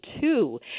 two